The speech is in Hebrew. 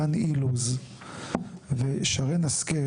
דן אילוז ושרן השכל,